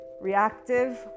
reactive